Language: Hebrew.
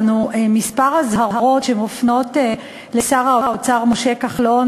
כמה אזהרות שמופנות לשר האוצר משה כחלון,